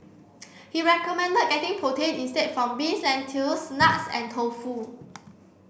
he recommended getting protein instead from beans lentils nuts and tofu